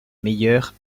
meilleure